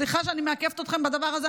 סליחה שאני מעכבת אתכם בדבר הזה,